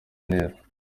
neza